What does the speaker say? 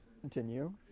Continue